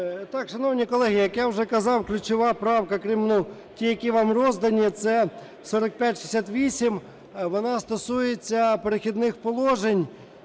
Так, шановні колеги, як я вже казав, ключова правка, крім, ну, ті, які вам роздані, це 4568. Вона стосується "Перехідних положень".